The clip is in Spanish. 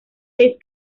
seis